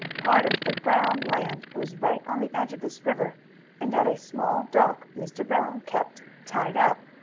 part of the brown land was right on the edge of this river and at a small dock mr. brown kept, tied up,